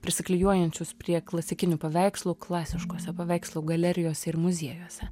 prisiklijuojančius prie klasikinių paveikslų klasiškose paveikslų galerijose ir muziejuose